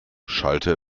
schallte